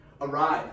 arrive